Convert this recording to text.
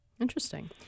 Interesting